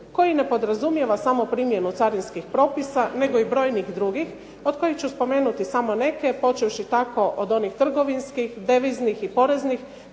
koji ne podrazumijeva samo primjenu carinskih propisa nego i brojnih drugih od kojih ću spomenuti samo neke, počevši tako od onih trgovinskih, deviznih i poreznih,